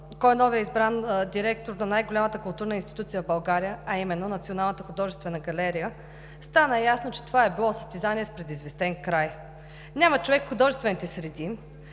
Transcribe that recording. кой е новият избран директор на най-голямата културна институция в България, а именно Националната художествена галерия, стана ясно, че това е било състезание с предизвестен край. Няма човек в художествените среди,